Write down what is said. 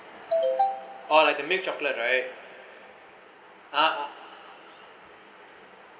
or like the milk chocolate right ah ah